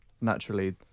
naturally